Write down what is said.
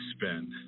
spend